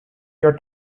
your